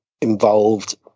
involved